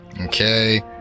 Okay